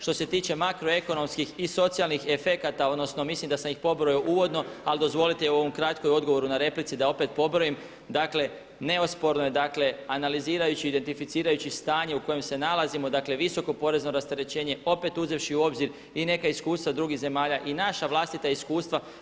Što se tiče makroekonomskih i socijalnih efekata odnosno mislim da sam ih pobrojao uvodno, ali dozvolite i u ovom kratkom odgovoru na repliku da opet pobrojim dakle neosporno je analiziraju i identificirajući stanje u kojem se nalazimo dakle visoko porezno rasterećenje opet uzevši u obzir i neka iskustva drugih zemalja i naša vlastita iskustva.